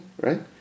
right